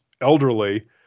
elderly